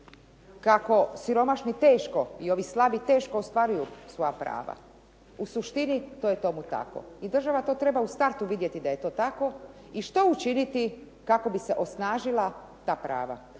kako siromašni teško i ovi slabi teško ostvaruju svoja prava? U suštini to je tomu tako i država to treba u startu vidjeti da je to tako. I što učiniti kako bi se osnažila ta prava,